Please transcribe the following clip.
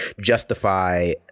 justify